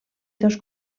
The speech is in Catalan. dos